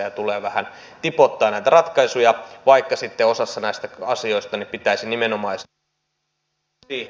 näitä ratkaisuja tulee vähän tipoittain vaikka sitten osassa näitä asioita pitäisi nimenomaisesti keskittyä siihen